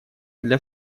для